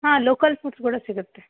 ಹಾಂ ಲೋಕಲ್ ಫುಡ್ಸ್ಗಳು ಸಿಗುತ್ತೆ